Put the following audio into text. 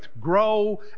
grow